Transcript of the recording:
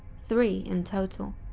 three in total.